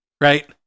right